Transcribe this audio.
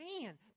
man